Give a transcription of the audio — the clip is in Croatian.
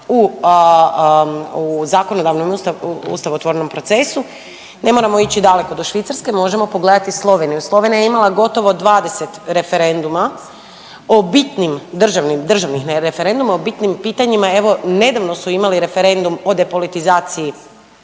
u zakonodavnom i ustavotvornom procesu ne moramo ići daleko do Švicarske možemo pogledati Sloveniju. Slovenija je imala gotovo 20 referenduma o bitnim državnim, državnih referenduma o bitnim pitanjima, evo nedavno su imali referendum o depolitizacije